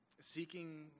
seeking